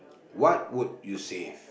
what would you save